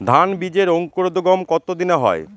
ধান বীজের অঙ্কুরোদগম কত দিনে হয়?